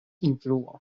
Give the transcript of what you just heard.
influo